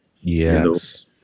Yes